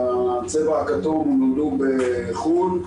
הצבע הכתום הוא כאלה שנולדו בחו"ל,